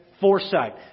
foresight